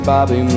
Bobby